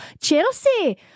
Chelsea